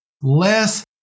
less